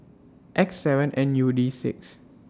X seven N U D six